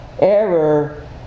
error